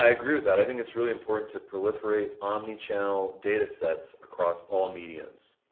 i agree with that. i think it's really important to proliferate omnichannel data sets across all mediums.